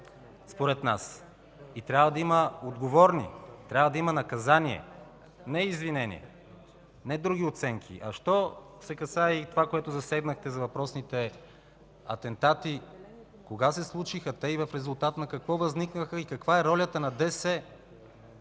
престъпление и трябва да има отговорни, трябва да има наказание, а не извинения, не други оценки. А що се касае до това, което засегнахте – за въпросните атентати – кога се случиха те и в резултат на какво възникнаха, каква е ролята на ДС?